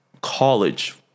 college